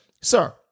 sir